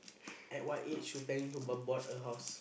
at what age you planning to bought bought a house